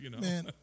Man